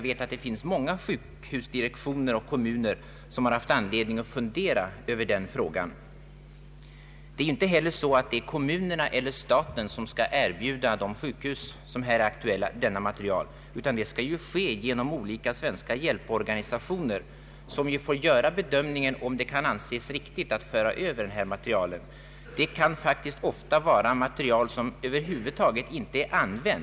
Det finns många sjukhusdirektioner och kommuner som har haft anledning att fundera över denna fråga. Det är inte heller så att det är kommunerna eller staten som skall erbjuda de aktuella sjukhusen denna materiel, utan det skall ske genom olika hjälporganisationer, som får bedöma om det kan anses sakligt motiverat att föra över materielen.